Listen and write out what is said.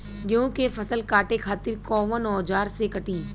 गेहूं के फसल काटे खातिर कोवन औजार से कटी?